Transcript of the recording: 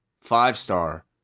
five-star